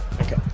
okay